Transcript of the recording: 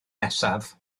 nesaf